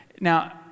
Now